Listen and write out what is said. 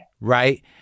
Right